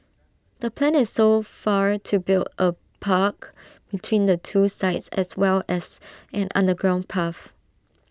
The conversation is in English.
the plan is so far to build A park between the two sites as well as an underground path